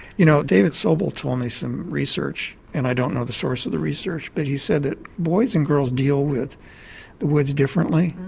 you know david sobel told me some research, and i don't know the source of the research, but he said that boys and girls deal with the woods differently.